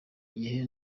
gihe